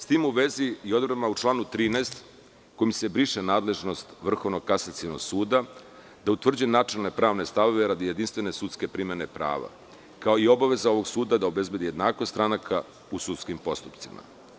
U vezi sa tim i odredbama u članu 13, kojima se briše nadležnost Vrhovnog kasacionog suda, je da utvrđuje načelne pravne stavove radi jedinstvene sudske primene prava, kao i obaveza ovog suda da obezbedi jednakost stranaka u sudskim postupcima.